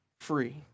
free